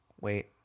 wait